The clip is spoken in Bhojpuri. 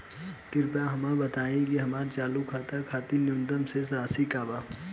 कृपया हमरा बताइ कि हमार चालू खाता के खातिर न्यूनतम शेष राशि का बा